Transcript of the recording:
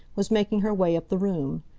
was making her way up the room.